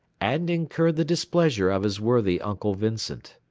and incur the displeasure of his worthy uncle vincent.